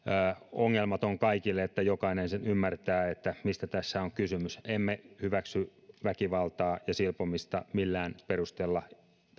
ongelmaton kaikille että jokainen sen ymmärtää mistä tässä on kysymys emme hyväksy väkivaltaa ja silpomista millään perusteella